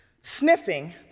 sniffing